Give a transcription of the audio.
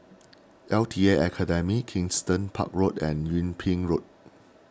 L T A Academy Kensington Park Road and Yung Ping Road